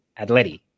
Atleti